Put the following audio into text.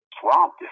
swamp